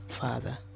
father